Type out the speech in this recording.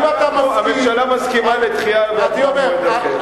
הממשלה מסכימה לדחייה למועד אחר.